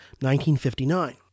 1959